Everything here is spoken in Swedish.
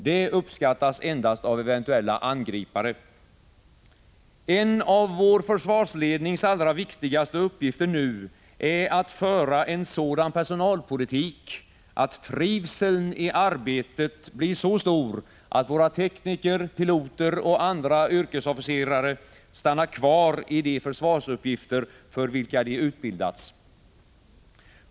Det uppskattas endast av eventuella angripare ... En av vår försvarslednings allra viktigaste uppgifter nu är att föra en sådan personalpolitik att trivseln i arbetet blir så stor att våra tekniker, piloter och andra yrkesofficerare stannar kvar i de försvarsuppgifter för vilka de utbildats.